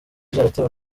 byaratewe